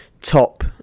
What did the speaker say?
top